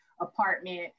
apartment